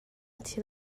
thil